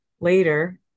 later